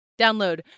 download